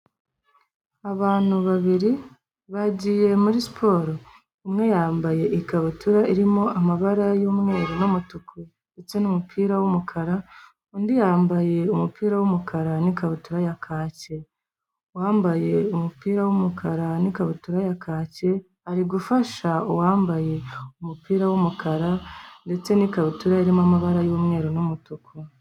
Abantu babiri bagiye muri siporo, umwe yambaye ikabutura irimo amabara y'umweru n'umutuku ndetse n'umupira w'umukara, undi yambaye umupira w'umukara n'ikabutura ya kacye, uwambaye umupira w'umukara n'ikabutura ya kacye ari gufasha uwambaye umupira w'umukara ndetse n'ikabutura irimo amabara y'umweru n'umutuku.